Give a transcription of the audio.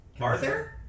Arthur